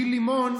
גיל לימון,